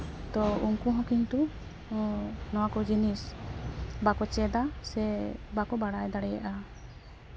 ᱛᱚ ᱩᱱᱠᱩ ᱦᱚᱸ ᱠᱤᱱᱛᱩ ᱱᱚᱣᱟ ᱠᱚ ᱡᱤᱱᱤᱥ ᱵᱟᱠᱚ ᱪᱮᱫᱟ ᱥᱮ ᱵᱟᱠᱚ ᱵᱟᱲᱟᱭ ᱫᱟᱲᱮᱭᱟᱜᱼᱟ